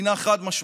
היא חד-משמעית.